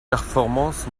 performance